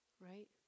right